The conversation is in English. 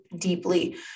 deeply